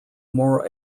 more